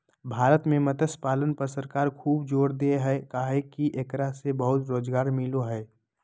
भारत में मत्स्य पालन पर सरकार खूब जोर दे हई काहे कि एकरा से बहुत रोज़गार मिलो हई